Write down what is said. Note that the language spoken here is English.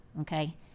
Okay